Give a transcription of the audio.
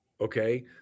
okay